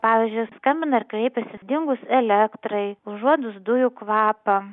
pavyzdžiui skambina ir kreipiasi dingus elektrai užuodus dujų kvapą